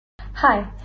hi